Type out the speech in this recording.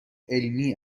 علمی